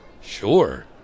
Sure